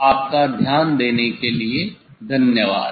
आपके ध्यान देने के लिए धन्यवाद